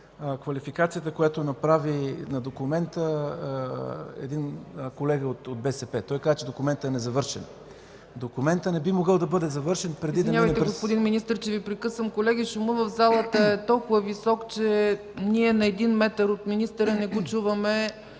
квалификацията, която направи на документа един колега от БСП. Той казва, че документът е незавършен. Документът не би могъл да бъде завършен, преди... ПРЕДСЕДАТЕЛ ЦЕЦКА ЦАЧЕВА: Извинявайте, господин министър, че Ви прекъсвам. Колеги, шумът в залата е толкова висок, че ние – на един метър от министъра не го чуваме.